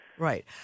Right